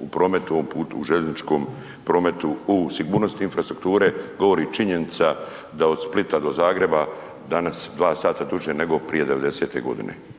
u prometu u željezničkom prometu u sigurnosti infrastrukture govori činjenica da od Splita do Zagreba danas 2 h duže prije nego 90. godine.